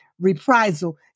reprisal